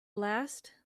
last